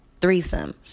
threesome